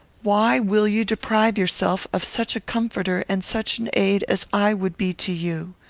why will you deprive yourself of such a comforter and such an aid as i would be to you?